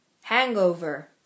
Hangover